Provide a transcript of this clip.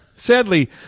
Sadly